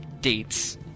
dates